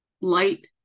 light